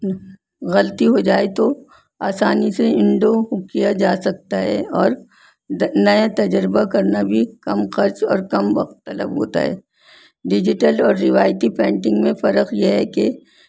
غلطی ہو جائے تو آسانی سے انڈو کیا جا سکتا ہے اور نیا تجربہ کرنا بھی کم خرچ اور کم وقت طلب ہوتا ہے ڈیجیٹل اور روایتی پینٹنگ میں فرخ یہ ہے کہ